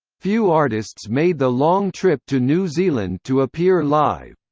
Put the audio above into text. few artists made the long trip to new zealand to appear live.